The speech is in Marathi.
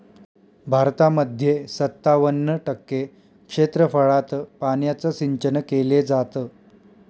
भारतामध्ये सत्तावन्न टक्के क्षेत्रफळात पाण्याचं सिंचन केले जात